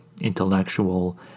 intellectual